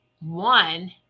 one